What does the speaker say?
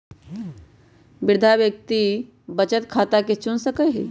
वृद्धा व्यक्ति वृद्धा बचत खता के चुन सकइ छिन्ह